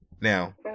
Now